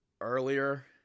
earlier